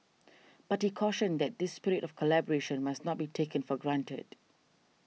but he cautioned that this spirit of collaboration must not be taken for granted